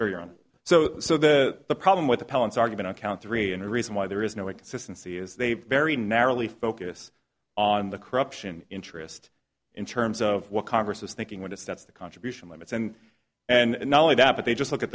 agree on so so the the problem with the palin's argument on count three and the reason why there is no inconsistency is they very narrowly focus on the corruption interest in terms of what congress is thinking when it's that's the contribution limits and and not only that but they just look at